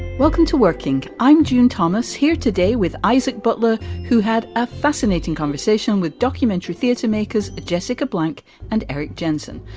welcome to working i'm june thomas here today with isaac butler, who had a fascinating conversation with documentary theater makers jessica blank and erik jensen.